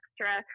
extra